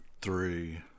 three